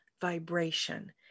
vibration